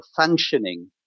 functioning